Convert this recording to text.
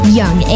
young